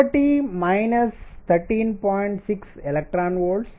కాబట్టి మైనస్ 13